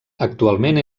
actualment